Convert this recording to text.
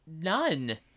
None